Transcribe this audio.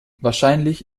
wahrscheinlich